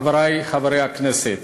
חברי חברי הכנסת,